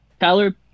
Tyler